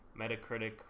Metacritic